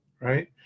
right